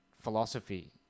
philosophy